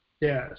Yes